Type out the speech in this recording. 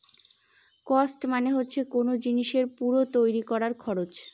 cost মানে হচ্ছে কোন জিনিসের পুরো তৈরী করার খরচ